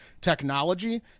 technology